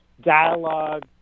dialogue